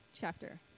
chapter